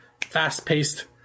fast-paced